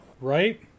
Right